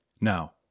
Now